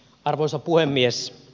arvoisa puhemies